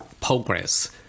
progress